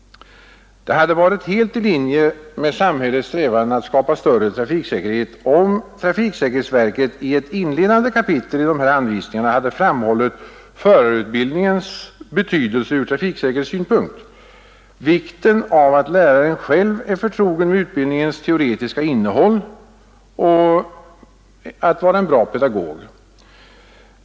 Det hade varit helt i linje med samhällets strävanden att skapa större trafiksäkerhet, om trafiksäkerhetsverket i ett inledande kapitel i anvisningarna hade fram hållit förarutbildningens betydelse ur trafiksäkerhetssynpunkt, vikten av att läraren själv är förtrogen med utbildningens teoretiska innehåll och av att vara en bra pedagog.